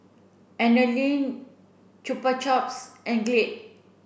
Anlene Chupa Chups and Glade